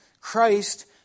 Christ